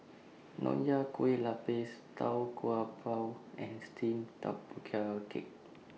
Nonya Kueh Lapis Tau Kwa Pau and Steamed Tapioca Cake